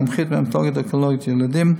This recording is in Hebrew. מומחית בהמטו-אונקולוגיה ילדים,